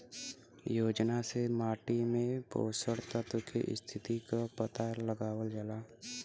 योजना से माटी में पोषक तत्व के स्थिति क पता लगावल जाला